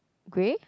grey